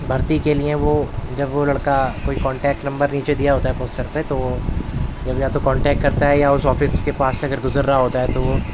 بھرتی کے لئے وہ جب وہ لڑکا کوئی کانٹیکٹ نمبر نیچے دیا ہوا ہوتا ہے پوسٹر پہ تو جب یا تو کانٹیکٹ کرتا ہے یا اس آفس کے پاس سے اگر گزر رہا ہوتا ہے تو وہ